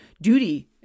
duty